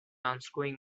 unscrewing